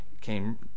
came